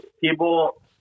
people